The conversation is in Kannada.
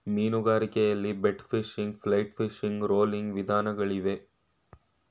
ಮೀನುಗಾರಿಕೆಯಲ್ಲಿ bait fishing, flight fishing, rolling ವಿಧಾನಗಳಿಗವೆ